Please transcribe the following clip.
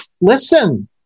listen